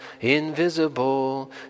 invisible